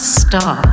star